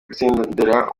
gutsindira